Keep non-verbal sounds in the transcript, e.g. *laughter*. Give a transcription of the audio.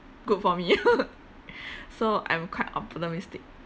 good for me *laughs* so I'm quite optimistic